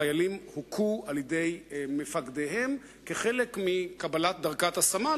החיילים הוכו על-ידי מפקדיהם כחלק מקבלת דרגת סמל,